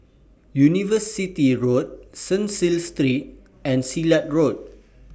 University Road Cecil Street and Silat Road